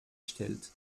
stellt